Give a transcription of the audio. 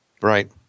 Right